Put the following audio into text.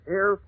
Air